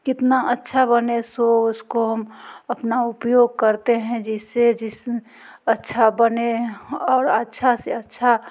कितना अच्छा बने सो उसको हम अपना उपयोग करते हैं जिससे जिसमें अच्छा बने और अच्छे से अच्छा